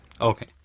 Okay